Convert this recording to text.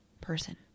person